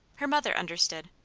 her mother understood.